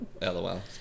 Lol